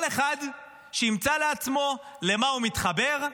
כל אחד שימצא לעצמו למה הוא מתחבר,